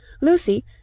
Lucy